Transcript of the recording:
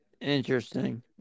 interesting